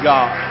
God